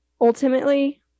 ultimately